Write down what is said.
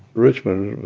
richmond,